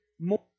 more